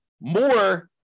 more